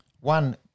One